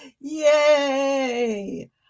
Yay